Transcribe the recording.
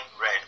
red